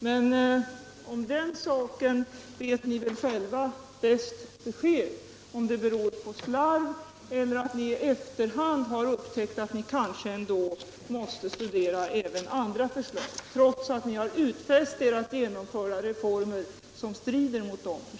Men ni vet väl själva bäst om detta beror på slarv, eller om det beror på att ni i efterhand har upptäckt att ni kanske ändå måste studera andra förslag, trots att 117 ni i regeringsdeklarationen har utfäst er att genomföra reformer som strider mot de förslagen.